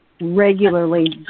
regularly